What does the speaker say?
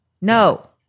No